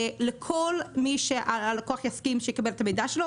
לכל מי שהלקוח יסכים שיקבל את המידע שלו,